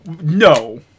No